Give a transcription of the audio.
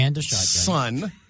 son